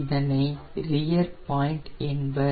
இதனை rear point என்பர்